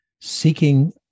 seeking